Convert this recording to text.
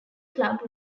club